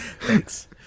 thanks